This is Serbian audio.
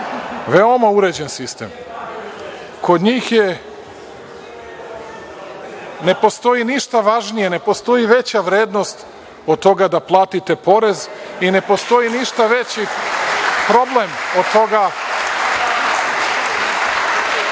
veoma uređen sistem. Kod njih ne postoji ništa važnije, ne postoji veća vrednost od toga da platite porez i ne postoji veći problem od toga. Nešto